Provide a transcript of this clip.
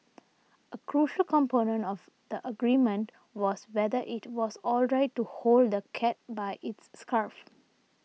a crucial component of the argument was whether it was alright to hold the cat by its scruff